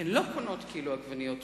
הן לא קונות קילו עגבניות.